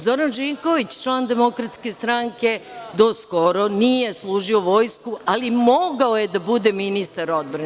Zoran Živković, član Demokratske stranke do skoro, nije služio vojsku, ali mogao je da bude ministar odbrane.